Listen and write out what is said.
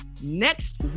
next